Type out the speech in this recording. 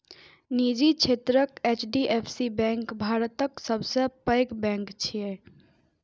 निजी क्षेत्रक HDFC bank भारतक सबसं पैघ बैंक छियै